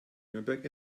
nürnberg